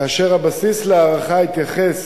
כאשר הבסיס להערכה התייחס